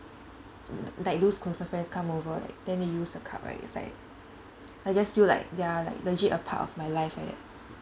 like those closer friends come over like then they use the cup right it's like I just feel like they are like legit a part of my life like that